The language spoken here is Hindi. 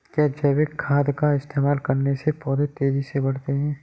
क्या जैविक खाद का इस्तेमाल करने से पौधे तेजी से बढ़ते हैं?